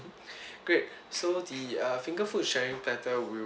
great so the err finger food sharing platter will